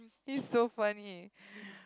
it's so funny